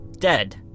dead